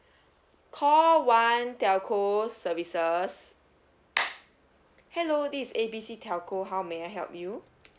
call one telco services hello this is A B C telco how may I help you